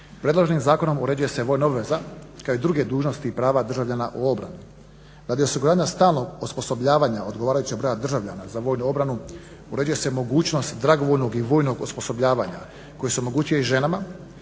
Predloženim zakonom uređuje se vojna obveza kao i druge dužnosti i prava državljana u obrani. Radi osiguranja stalnog osposobljavanja odgovarajućeg broja državljana za vojnu obranu uređuje se mogućnost dragovoljnog i vojnog osposobljavanja koji se omogućuje i ženama